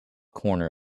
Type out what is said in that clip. corner